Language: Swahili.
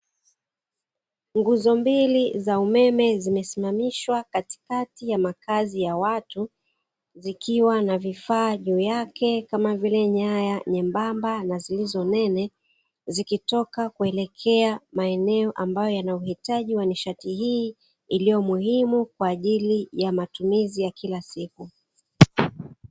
Nguzo mbili za umeme zimesimamishwa katikati ya makazi ya watu, zikiwa na vifaa juu yake kama vile nyaya nyembamba na zilizo nene, zikitoka kuelekea maeneo yenye uhitaji wa nishati hii, iliyo muhimu kwa ajili ya matumizi ya kila siku.